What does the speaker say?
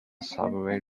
subway